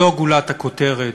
זו גולת הכותרת,